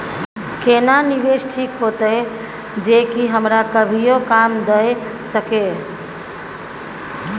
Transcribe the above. केना निवेश ठीक होते जे की हमरा कभियो काम दय सके?